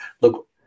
look